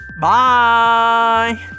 Bye